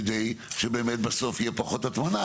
כדי שבאמת בסוף תהיה פחות הטמנה.